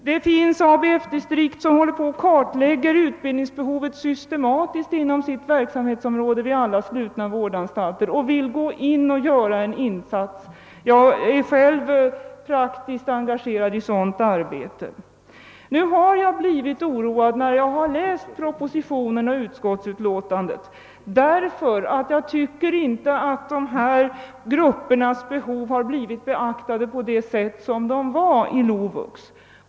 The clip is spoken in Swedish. Det finns ABF-distrikt där nu utbildningsbehovet vid alla slutna vårdanstalter systematiskt kartlägges, och man vill här få möjligheter att göra en insats — jag är själv praktiskt engagerad i sådant arbete. När jag läst propositionen och utskottsutlåtandet, har jag blivit oroad, ty jag tycker inte att dessa gruppers utbildningsbehov blivit beaktade på det sätt som avsetts i LOVUX.